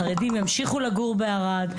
החרדים ימשיכו לגור בערד,